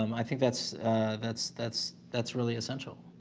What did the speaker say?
um i think that's that's that's that's really essential